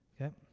okay